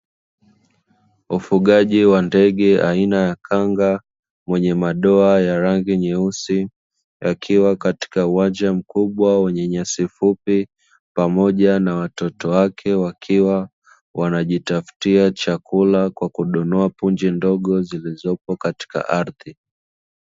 Ufugaji wa ndege aina ya kanga mwenye madoa ya rangi nyeusi, akiwa katika uwanja mkubwa wenye nyasi fupi pamoja na watoto wake wakiwa wanajitafutia chakula kwa kudonoa punje ndogo zilizopo katika ardhi.